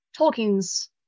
Tolkien's